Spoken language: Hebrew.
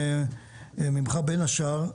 בין השאר,